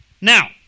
Now